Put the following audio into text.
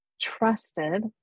trusted